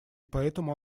поэтому